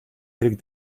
хэрэг